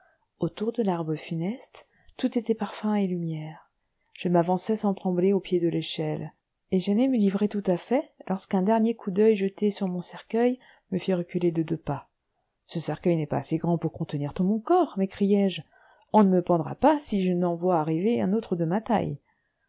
autour de l'arbre funeste tout était parfum et lumière je m'avançai sans trembler au pied de l'échelle et j'allais me livrer tout à fait lorsqu'un dernier coup d'oeil jeté sur mon cercueil me fit reculer de deux pas ce cercueil n'est pas assez grand pour contenir tout mon corps m'écriai-je on ne me pendra pas si je n'en vois arriver un autre de ma taille